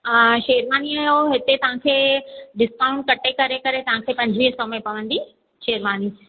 हा शेरवानीअजो हिते तव्हांखे डिस्काउंट कटे करे करे तव्हांखे पंजवीह सौ में पवंदी शेरवानी